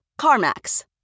CarMax